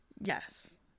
Yes